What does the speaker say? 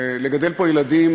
קשה לגדל פה ילדים,